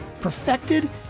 perfected